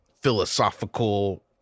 philosophical